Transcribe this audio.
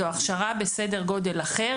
זו הכשרה בסר גודל אחר.